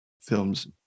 films